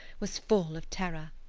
was full of terror.